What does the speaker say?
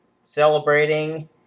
celebrating